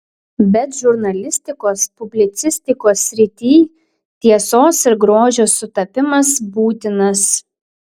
bet žurnalistikos publicistikos srityj tiesos ir grožio sutapimas būtinas